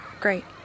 Great